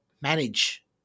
manage